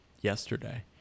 yesterday